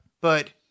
But-